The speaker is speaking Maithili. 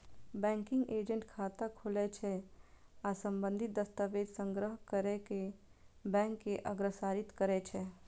बैंकिंग एजेंट खाता खोलै छै आ संबंधित दस्तावेज संग्रह कैर कें बैंक के अग्रसारित करै छै